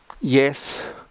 yes